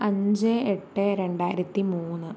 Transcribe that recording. അഞ്ച് എട്ട് രണ്ടായിരത്തി മൂന്ന്